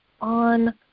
on